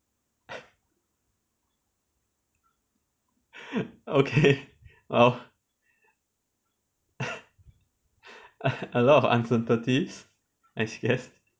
okay !wow! a lot of uncertainties I guess